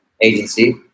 agency